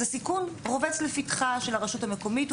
הסיכון רובץ לפתחה של הרשות המקומית.